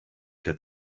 der